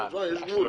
30,